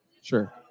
Sure